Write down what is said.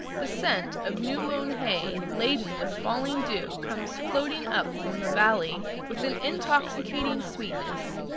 the scent of new-mown hay laden with falling dew comes floating up from the valley with an intoxicating sweetness,